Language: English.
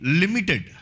limited